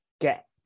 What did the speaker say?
get